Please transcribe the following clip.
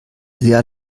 sehr